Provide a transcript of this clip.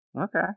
Okay